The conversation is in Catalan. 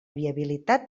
viabilitat